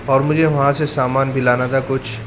اور مجھے وہاں سے سامان بھی لانا تھا کچھ